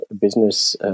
business